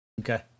Okay